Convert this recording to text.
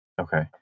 Okay